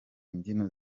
mbyino